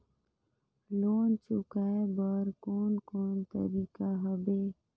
Loan चुकाए बर कोन कोन तरीका हवे?